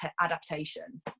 adaptation